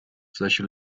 solche